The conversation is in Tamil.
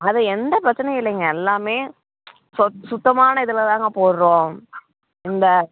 அதில் எந்த பிரச்சினையும் இல்லைங்க எல்லாமே சொ சுத்தமான இதில்தாங்க போடுறோம் இந்த